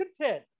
content